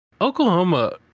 Oklahoma